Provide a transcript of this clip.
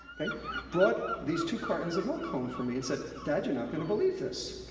brought these two cartons of milk home for me, and said, dad, you're not gonna believe this.